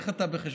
איך אתה בחשבון?